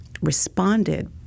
responded